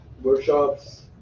workshops